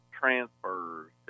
transfers